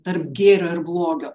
tarp gėrio ir blogio